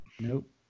nope